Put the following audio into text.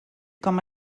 com